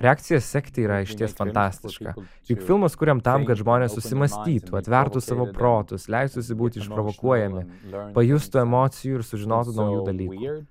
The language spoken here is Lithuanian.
reakcijas sekti yra išties fantastiška juk filmus kuriam tam kad žmonės susimąstytų atvertų savo protus leistųsi būti išprovokuojami pajustų emocijų ir sužinotų naujų dalykų